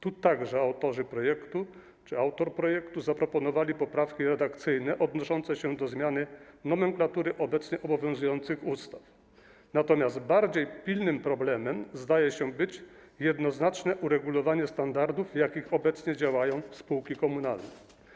Tu także autorzy czy autor projektu zaproponowali poprawki redakcyjne odnoszące się do zmiany nomenklatury obecnie obowiązujących ustaw, natomiast bardziej pilnym problemem, zdaje się, jest jednoznaczne uregulowanie standardów, według których obecnie działają spółki komunalne.